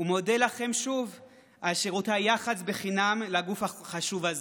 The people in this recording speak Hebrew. ומודה לכם שוב על שירותי היח"צ בחינם לגוף החשוב הזה.